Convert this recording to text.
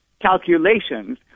calculations